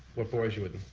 what bores you with